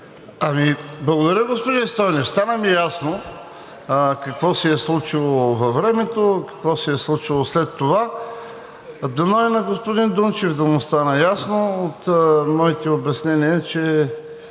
Благодаря, господин Стойнев. Стана ми ясно какво се е случило във времето, какво се е случило след това. Дано и на господин Дунчев да му стана ясно от моите обяснения, че